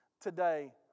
today